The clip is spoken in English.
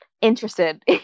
interested